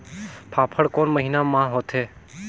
फाफण कोन महीना म होथे?